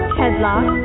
headlock